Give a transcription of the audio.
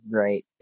right